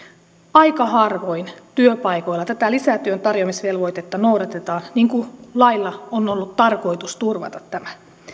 aika harvoin työpaikoilla tätä lisätyön tarjoamisvelvoitetta noudatetaan niin kuin lailla on ollut tarkoitus turvata tämä